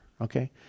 okay